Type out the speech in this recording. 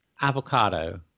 avocado